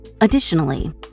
Additionally